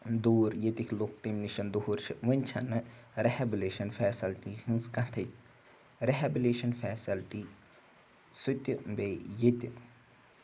دوٗر ییٚتِکۍ لُکھ تمہِ نِش دوٗر چھِ وٕنۍ چھَنہٕ رِہیبلیشَن فیسَلٹی ہِنٛز کَتھٕے رِہیبلیشَن فیسَلٹی سُہ تہِ بیٚیہِ ییٚتہِ